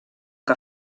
que